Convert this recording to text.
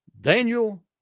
Daniel